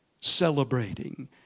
Celebrating